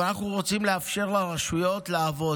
אבל אנחנו רוצים לאפשר לרשויות לעבוד.